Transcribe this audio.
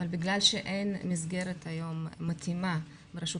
אבל בגלל שאין מסגרת היום מתאימה ברשות